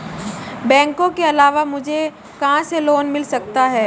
बैंकों के अलावा मुझे कहां से लोंन मिल सकता है?